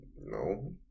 no